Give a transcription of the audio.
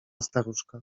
staruszka